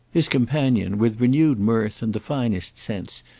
his companion, with renewed mirth and the finest sense,